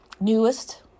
newest